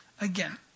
Again